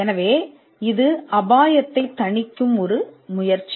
எனவே இது ஒரு மணிக்கட்டு அபாயத்தைத் தணிக்கும் முயற்சி